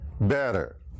better